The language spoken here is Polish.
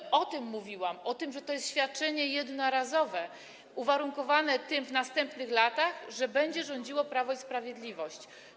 I o tym mówiłam, o tym, że to jest świadczenie jednorazowe, uwarunkowane tym w następnych latach, że będzie rządziło Prawo i Sprawiedliwość.